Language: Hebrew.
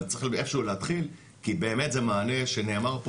אבל צריך איך כשהוא להתחיל כי באמת זה מענה שנאמר פה